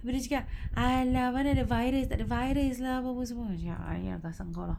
lepas dia cakap !alah! mana ada virus tak ada virus lah buat semua semua !aiya! tak sangka lah